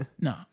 No